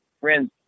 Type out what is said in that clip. friends